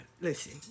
Listen